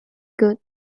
good